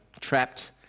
trapped